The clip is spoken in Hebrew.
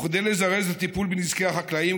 כדי לזרז את הטיפול בנזקי החקלאים,